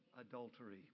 adultery